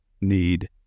need